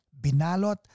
Binalot